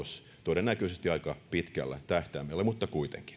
todennäköisesti aika pitkällä tähtäimellä mutta kuitenkin